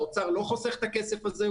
האוצר לא חוסך את הכסף הזה,